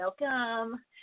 Welcome